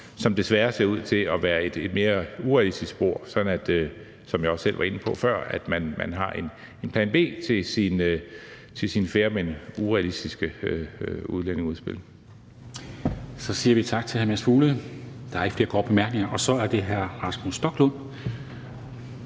som desværre ser ud til at være et mere urealistisk spor, sådan at man, som jeg også selv var inde på før, har en plan B til sit fair, men urealistiske udlændingeudspil. Kl. 11:29 Formanden (Henrik Dam Kristensen): Så siger vi tak til hr. Mads Fuglede. Der er ikke flere korte bemærkninger. Og så er det hr. Rasmus Stoklund.